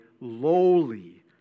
lowly